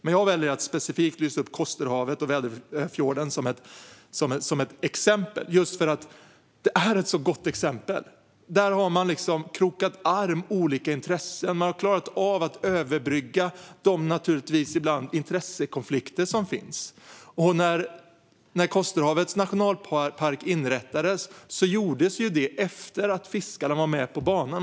Men jag väljer att specifikt lyfta fram Kosterhavet och Väderöfjorden just för att det är ett så gott exempel. Där har olika intressen krokat arm. Man har klarat av att överbrygga de intressekonflikter som naturligtvis finns ibland. Kosterhavets nationalpark inrättades efter att fiskarna hade varit med på banan.